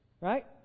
right